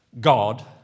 God